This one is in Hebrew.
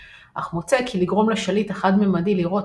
אך מוצא כי לגרום לשליט החד-ממדי לראות